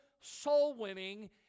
soul-winning